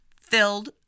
filled